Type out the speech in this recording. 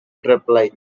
triplet